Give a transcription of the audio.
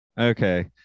Okay